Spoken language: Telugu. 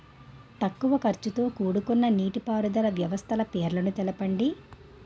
తక్కువ ఖర్చుతో కూడుకున్న నీటిపారుదల వ్యవస్థల పేర్లను తెలపండి?